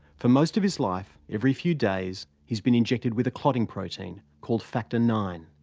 for most of his life, every few days, he's been injected with a clotting protein called factor nine.